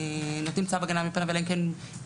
לא נותנים צו הגנה אלא אם כן מוודאים